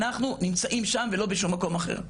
אנחנו נמצאים שם ולא בשום מקום אחר.